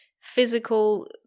physical